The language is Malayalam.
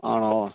ആണോ